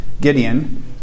Gideon